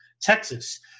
Texas